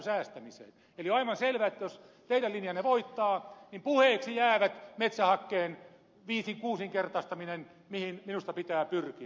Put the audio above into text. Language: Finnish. eli on aivan selvä että jos teidän linjanne voittaa niin puheeksi jää metsähakkeen viisinkuusinkertaistaminen mihin minusta pitää pyrkiä